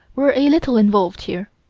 we're a little involved here.